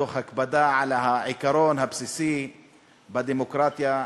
תוך הקפדה על העיקרון הבסיסי בדמוקרטיה,